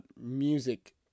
music